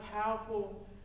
powerful